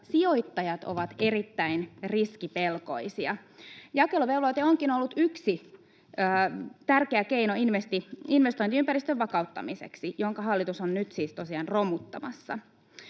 Sijoittajat ovat erittäin riskipelkoisia. Jakeluvelvoite onkin ollut yksi tärkeä keino investointiympäristön vakauttamiseksi, jonka hallitus on nyt siis tosiaan romuttamassa.